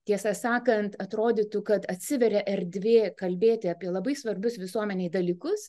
tiesą sakant atrodytų kad atsiveria erdvė kalbėti apie labai svarbius visuomenei dalykus